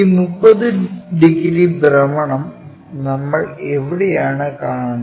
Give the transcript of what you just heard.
ഈ 30 ഡിഗ്രി ഭ്രമണം നമ്മൾ എവിടെയാണ് കാണുന്നത്